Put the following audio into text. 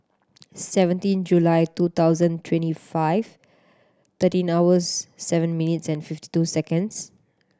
seventeen July two thousand twenty five twenty hours seven minutes and fifty two seconds